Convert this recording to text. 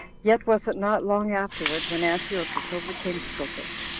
yet was it not long afterward when antiochus overcame scopas,